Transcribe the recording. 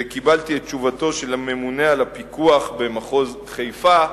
וקיבלתי את תשובתו של הממונה על הפיקוח במחוז חיפה,